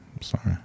Sorry